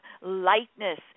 lightness